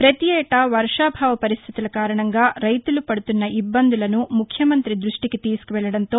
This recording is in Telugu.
ప్రతి ఏటా వర్షాభావ పరిస్టితుల కారణంగా రైతులు పడుతున్న ఇబ్బందులను ముఖ్యమంత్రి దృష్లికి తీసుకెళ్లటంతో